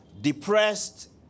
depressed